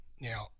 now